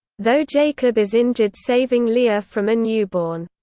though jacob is injured saving leah from a newborn.